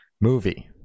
movie